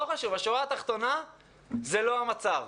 לא חשוב, השורה התחתונה היא שזה לא המצב.